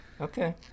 Okay